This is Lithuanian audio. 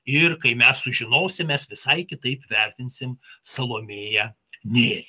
ir kai mes sužinosim mes visai kitaip vertinsim salomėją nėrį